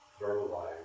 verbalize